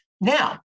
Now